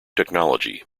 technology